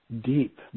deep